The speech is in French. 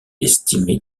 estimée